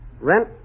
rent